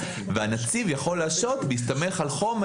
והנציב יכול להשעות בהסתמך על חומר,